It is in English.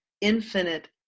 infinite